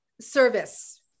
service